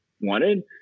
wanted